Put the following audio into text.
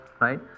right